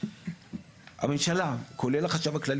הממשלה כולל החשב הכללי,